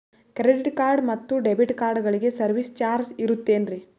Credit card ಮತ್ತು debit ಕಾರ್ಡಗಳಿಗೆ service charge ಇರುತೇನ್ರಿ?